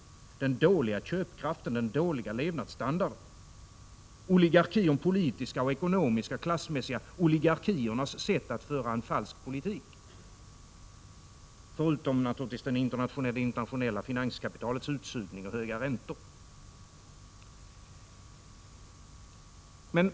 Det är den dåliga köpkraften, den dåliga levnadsstandarden, de politiska, ekonomiska och klassmässiga oligarkiernas sätt att föra en falsk politik — förutom naturligtvis det internationella finanskapitalets utsugning och höga räntor.